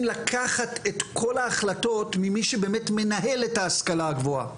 לקחת את כל ההחלטות ממי שבאמת מנהל את ההשכלה הגבוהה.